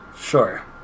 Sure